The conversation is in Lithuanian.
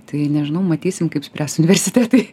tai nežinau matysim kaip spręs universitetai